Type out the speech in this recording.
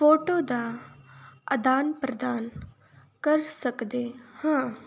photo ਦਾ ਆਦਾਨ ਪ੍ਰਦਾਨ ਕਰ ਸਕਦੇ ਹਾਂ